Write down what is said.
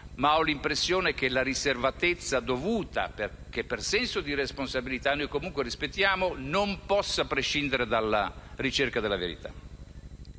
però l'impressione che la riservatezza dovuta (che, per senso di responsabilità, noi rispettiamo) non possa prescindere dalla ricerca della verità.